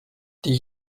die